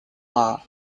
law